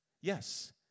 Yes